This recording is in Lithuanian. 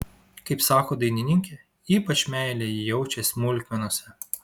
kaip sako dainininkė ypač meilę ji jaučia smulkmenose